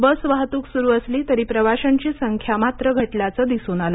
बस वाहत्क सुरू असली तरी प्रवाशांची संख्या मात्र घटल्याचं दिसून आलं